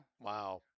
Wow